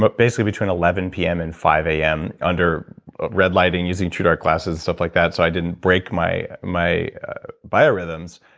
but basically between eleven pm and five am under red lighting using truedark glasses, stuff like that, so i didn't break my my biorhythms.